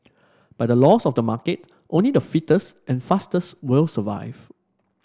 by the laws of the market only the fittest and fastest will survive